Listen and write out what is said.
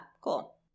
Cool